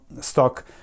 stock